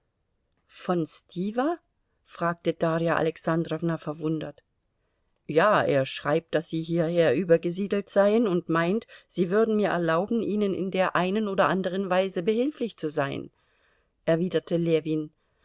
von stiwa fragte darja alexandrowna verwundert ja er schreibt daß sie hierher übergesiedelt seien und meint sie würden mir erlauben ihnen in der einen oder andern weise behilflich zu sein erwiderte ljewin